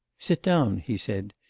sit down he said,